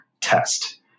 test